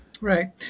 Right